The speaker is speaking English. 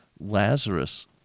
Lazarus